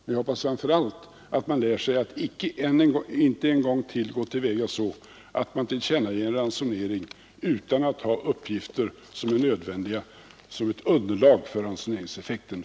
Men jag hoppas framför allt att man lär sig att inte en gång till gå till väga så att man tillkännager en ransonering utan att ha uppgifter som är nödvändiga som underlag för att hindra hamstring. Herr talman!